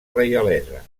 reialesa